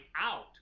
out